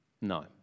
No